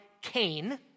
Cain